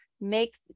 make